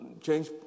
change